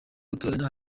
gutoranya